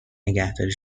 نگهداری